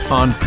on